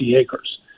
acres